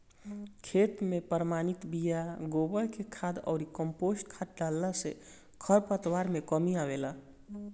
खेत में प्रमाणित बिया, गोबर के खाद अउरी कम्पोस्ट खाद डालला से खरपतवार में कमी आवेला